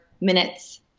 minutes